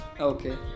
Okay